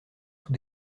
sous